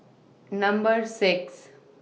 Number six